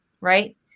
right